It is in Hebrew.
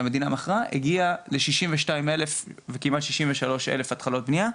שהמדינה מכרה, הגיע לכמעט 63,000 התחלות בניה.